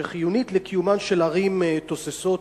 שחיונית לקיומן של ערים תוססות,